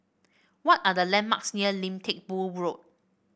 what are the landmarks near Lim Teck Boo Road